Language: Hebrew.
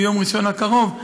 ביום ראשון הקרוב,